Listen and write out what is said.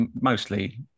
mostly